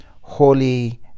Holy